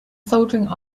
soldering